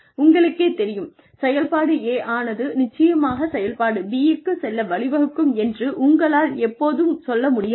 உங்களுக்கேத் தெரியும் செயல்பாடு A ஆனது நிச்சயமாகச் செயல்பாடு B க்கு செல்ல வழிவகுக்கும் என்று உங்களால் எப்போதும் சொல்ல முடியாது